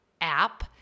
app